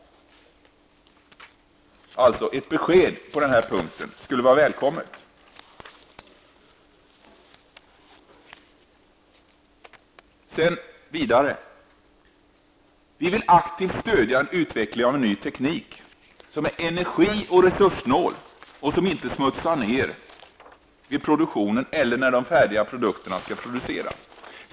Ett besked på den här punkten skulle alltså vara välkommet. Vi vill vidare aktivt stödja en utveckling som är energi och resurssnål och som inte smutsar ner vid produktionen eller när de färdiga produkterna produceras.